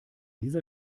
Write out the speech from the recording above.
dieser